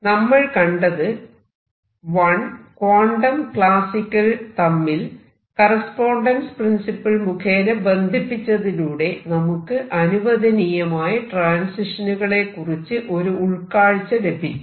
നമ്മൾ കണ്ടത് quantum classical തമ്മിൽ കറസ്പോണ്ടൻസ് പ്രിൻസിപ്പിൾ മുഖേന ബന്ധിപ്പിച്ചതിലൂടെ നമുക്ക് അനുവദനീയമായ ട്രാൻസിഷനുകളെകുറിച്ച് ഒരു ഉൾകാഴ്ച ലഭിച്ചു